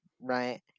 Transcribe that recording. right